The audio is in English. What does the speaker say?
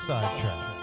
Sidetrack